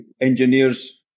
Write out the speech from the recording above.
engineers